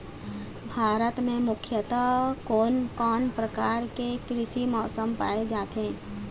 भारत म मुख्यतः कोन कौन प्रकार के कृषि मौसम पाए जाथे?